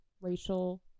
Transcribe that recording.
racial